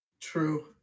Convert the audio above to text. True